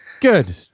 Good